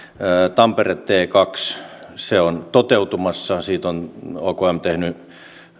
tampere t kolme se on toteutumassa siinä on okm tehnyt